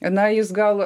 na jis gal